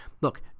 look